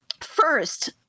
first